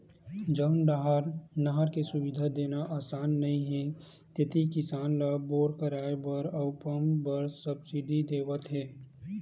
जउन डाहर नहर के सुबिधा देना असान नइ हे तेती किसान ल बोर करवाए बर अउ पंप बर सब्सिडी देवत हे